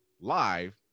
live